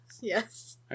Yes